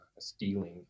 Stealing